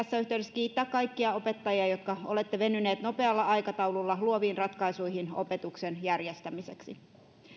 kiittää kaikkia opettajia jotka olette venyneet nopealla aikataululla luoviin ratkaisuihin opetuksen järjestämiseksi